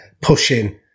pushing